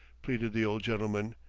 pleaded the old gentleman,